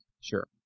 sure